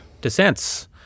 dissents